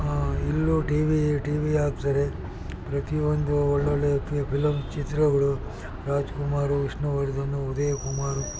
ಇಲ್ಲೂ TV TV ಹಾಕ್ತಾರೆ ಪ್ರತಿಯೊಂದು ಒಳ್ಳೊಳ್ಳೆ ಫಿಲಮ್ ಚಿತ್ರಗಳು ರಾಜ್ಕುಮಾರ್ ವಿಷ್ಣುವರ್ಧನ್ ಉದಯಕುಮಾರ್